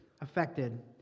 affected